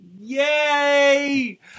Yay